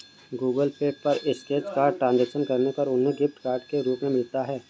Google Pay पर scratch card transaction करने पर उन्हें गिफ्ट कार्ड के रूप में मिलता है